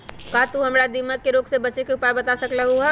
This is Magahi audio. का तू हमरा दीमक के रोग से बचे के उपाय बता सकलु ह?